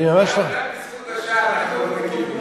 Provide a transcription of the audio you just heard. רק בזכות השעה אנחנו לא מגיבים.